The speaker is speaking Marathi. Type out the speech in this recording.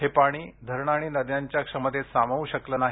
हे पाणी धरणं आणि नद्यांच्या क्षमतेत सामावू शकले नाही